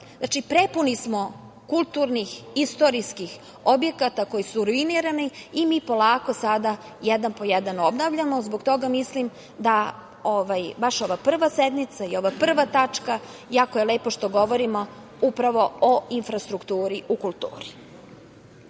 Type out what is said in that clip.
Znači, prepuni smo kulturnih i istorijskih objekata koji su ruinirani i mi polako sada jedan po jedan obnavljamo. Zbog toga mislim da baš ova prva sednica i ova prva tačka jako je lepo što govorimo upravo o infrastrukturi u kulturi.Za